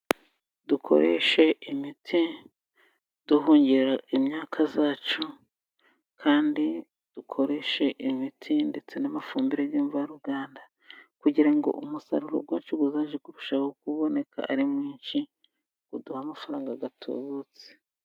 Dukoreshe imiti duhungira imyaka yacu kandi dukoreshe imiti ndetse n'amafumbire mvaruganda kugira ngo umusaruro wacu uzaze kurushaho kuboneka ari mwinshi uduha amafaranga atubutse.